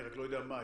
אני רק לא יודע מהי.